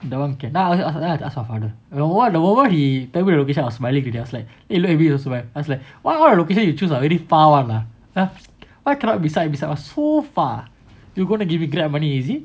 that [one] can now I I ask your father the moment he tell you I was smiling to him I was like eh he look at me also eh I was like what what location you choose ah very far one ah ya ya why cannot be side by side one so far you going to give me grab money is it